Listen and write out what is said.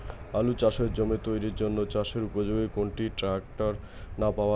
আলু চাষের জমি তৈরির জন্য চাষের উপযোগী কোনটি ট্রাক্টর না পাওয়ার টিলার?